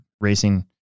racing